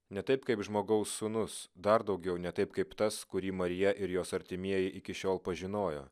ne taip kaip žmogaus sūnus dar daugiau ne taip kaip tas kurį marija ir jos artimieji iki šiol pažinojo